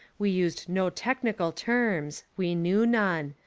we used no technical terms. we knew none.